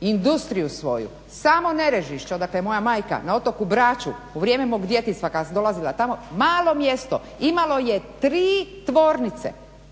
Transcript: industriju svoju, samo ne reži dakle moja majka na otoku Braču u vrijeme mog djetinjstva kada sam dolazila tamo malo mjesto imalo je 3 tvornice.